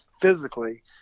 physically